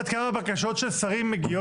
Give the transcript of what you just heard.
את יודעת כמה בקשות של שרים מגיעות